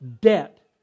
debt